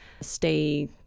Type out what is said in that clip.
stay